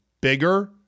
bigger